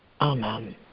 Amen